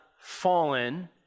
fallen